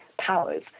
powers